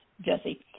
Jesse